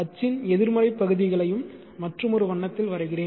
அச்சின் எதிர்மறை பகுதிகளையும் மற்றுமொரு வண்ணத்தில் வரைகிறேன்